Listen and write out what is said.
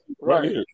Right